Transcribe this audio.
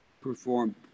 perform